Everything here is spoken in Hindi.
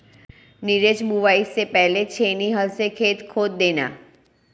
नीरज बुवाई से पहले छेनी हल से खेत खोद देना